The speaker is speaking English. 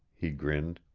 he grinned.